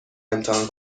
امتحان